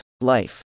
Life